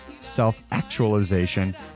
self-actualization